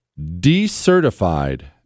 decertified